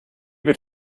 wird